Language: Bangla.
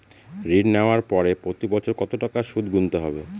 ঋণ নেওয়ার পরে প্রতি বছর কত টাকা সুদ গুনতে হবে?